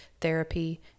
therapy